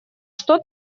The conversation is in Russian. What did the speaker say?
что